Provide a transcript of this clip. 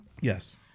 Yes